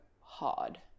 hard